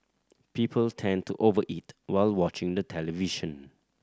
people tend to over eat while watching the television